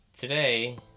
Today